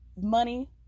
money